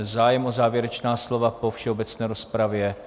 Zájem o závěrečná slova po všeobecné rozpravě.